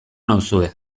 nauzue